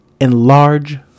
enlarge